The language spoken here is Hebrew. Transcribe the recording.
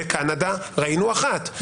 בקנדה ראינו אחת,